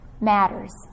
matters